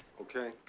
Okay